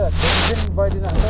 but you remember there's a bird